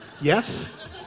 Yes